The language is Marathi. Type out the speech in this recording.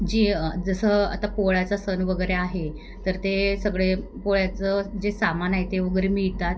जी जसं आता पोळ्याचा सण वगैरे आहे तर ते सगळे पोळ्याचं जे सामान आहे ते वगैरे मिळतात